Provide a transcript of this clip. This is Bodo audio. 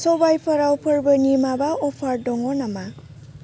सबायफोराव फोरबोनि माबा अफार दङ नामा